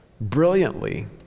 brilliantly